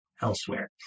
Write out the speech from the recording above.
elsewhere